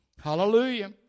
Hallelujah